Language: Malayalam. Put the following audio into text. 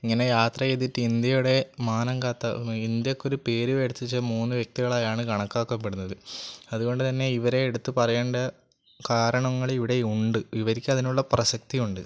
ഇങ്ങനെ യാത്ര ചെയ്തിട്ട് ഇന്ത്യയുടെ മാനം കാത്ത ഇന്ത്യക്കൊരു പേര് എടുത്തുവെച്ച മൂന്ന് വ്യക്തികളായാണ് കണക്കാക്കപ്പെടുന്നത് അതുകൊണ്ട് തന്നെ ഇവരെ എടുത്ത് പറയേണ്ട കാരണങ്ങൾ ഇവിടെ ഉണ്ട് ഇവർക്ക് അതിനുള്ള പ്രസക്തി ഉണ്ട്